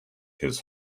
his